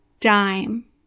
dime